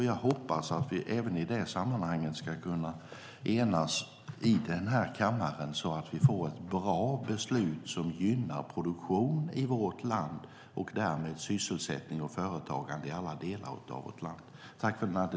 Jag hoppas att vi även i det sammanhanget ska kunna enas i den här kammaren så att vi får ett bra beslut som gynnar produktion och därmed sysselsättning och företagande i alla delar av vårt land.